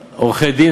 עורכי-דין,